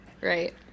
Right